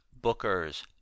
Bookers